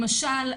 למשל,